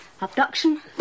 abduction